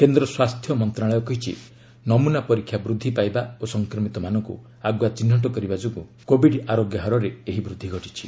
କେନ୍ଦ୍ର ସ୍ୱାସ୍ଥ୍ୟ ମନ୍ତ୍ରଣାଳୟ କହିଛି ନମୁନା ପରୀକ୍ଷା ବୃଦ୍ଧି ପାଇବା ଓ ସଂକ୍ରମିତମାନଙ୍କୁ ଆଗୁଆ ଚିହ୍ନଟ କରିବା ଯୋଗୁଁ କୋଭିଡ୍ ଆରୋଗ୍ୟ ହାରରେ ଏହି ବୃଦ୍ଧି ଘଟିଛି